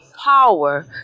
power